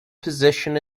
position